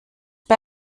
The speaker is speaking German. bei